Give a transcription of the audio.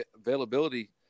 availability